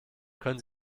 können